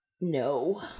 No